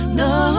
no